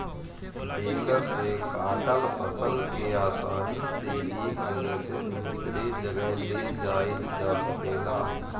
baler से काटल फसल के आसानी से एक जगह से दूसरे जगह ले जाइल जा सकेला